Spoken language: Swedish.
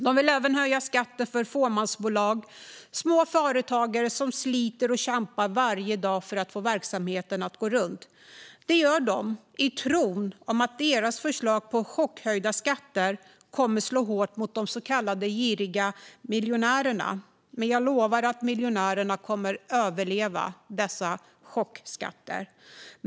De vill även höja skatten för fåmansbolag - småföretagare som sliter och kämpar varje dag för att få verksamheten att gå runt. Detta gör de i tron att deras förslag på chockhöjda skatter kommer att slå hårt mot de så kallade giriga miljonärerna, men jag lovar att miljonärerna kommer att överleva dessa chockskatter.